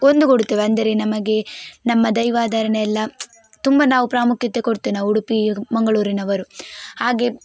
ಒಂದುಗೂಡುತ್ತೇವೆ ಅಂದರೆ ನಮಗೆ ನಮ್ಮ ದೈವಾಧಾರಣೆ ಎಲ್ಲ ತುಂಬಾ ನಾವು ಪ್ರಾಮುಖ್ಯತೆ ಕೊಡ್ತೇವೆ ನಾವು ಉಡುಪಿ ಮಂಗಳೂರಿನವರು ಹಾಗೆ